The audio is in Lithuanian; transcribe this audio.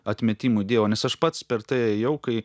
atmetimo dievo nes aš pats per tai ėjau kai